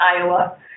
Iowa